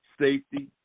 safety